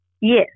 yes